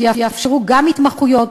שיאפשרו גם התמחויות,